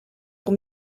pour